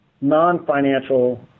non-financial